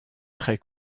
très